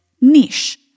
niche